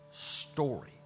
story